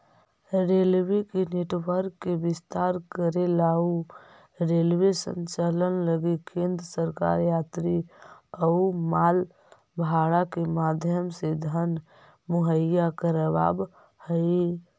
railway के network के विस्तार करेला अउ रेलवे संचालन लगी केंद्र सरकार यात्री अउ माल भाड़ा के माध्यम से धन मुहैया कराव हई